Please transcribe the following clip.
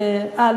אה,